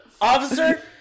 officer